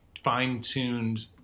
fine-tuned